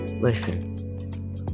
Listen